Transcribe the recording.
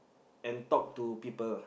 and talk to people uh